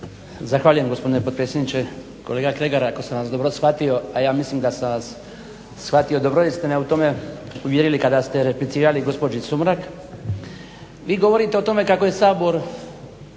Zahvaljujem gospodine potpredsjedniče. Kolega Kregar, ako sam vas dobro shvatio, a ja mislim da sam vas shvatio dobro jer ste me u tome uvjerili kada ste replicirali gospođi Sumrak. Vi govorite o tome kako je Sabor